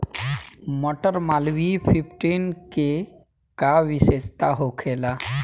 मटर मालवीय फिफ्टीन के का विशेषता होखेला?